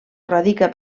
radica